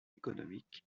économiques